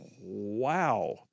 wow